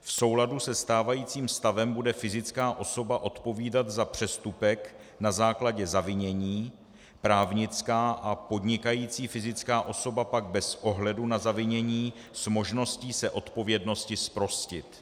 V souladu se stávajícím stavem bude fyzická osoba odpovídat za přestupek na základě zavinění, právnická a podnikající fyzická osoba pak bez ohledu na zavinění s možností se odpovědnosti zprostit.